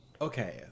Okay